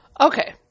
Okay